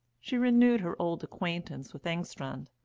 she renewed her old acquaintance with engstrand,